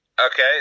Okay